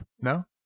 No